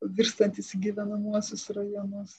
virstantys į gyvenamuosius rajonus